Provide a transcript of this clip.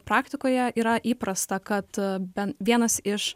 praktikoje yra įprasta kad bent vienas iš